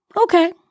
Okay